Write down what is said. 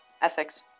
ethics